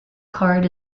card